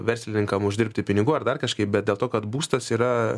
verslininkam uždirbti pinigų ar dar kažkaip bet dėl to kad būstas yra